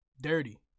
Dirty